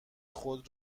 خود